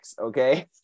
okay